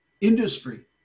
industry